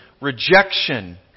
rejection